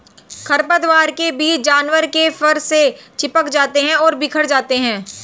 खरपतवार के बीज जानवर के फर से चिपक जाते हैं और बिखर जाते हैं